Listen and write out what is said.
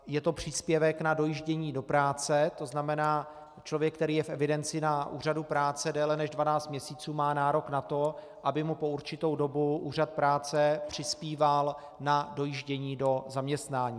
Je to příspěvek na dojíždění do práce, to znamená, člověk, který je v evidenci na úřadu práce déle než 12 měsíců, má nárok na to, aby mu po určitou dobu úřad práce přispíval na dojíždění do zaměstnání.